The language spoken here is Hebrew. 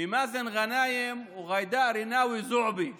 ממאזן גנאים וג'ידא רינאוי זועבי